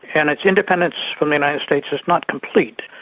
and its independence from the united states is not complete.